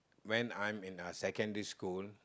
when I'm in uh secondary school